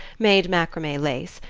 made macrame lace,